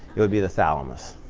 it would be the thalamus.